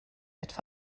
etwa